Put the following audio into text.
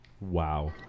wow